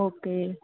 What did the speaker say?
okay